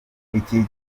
iki